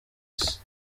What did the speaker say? isi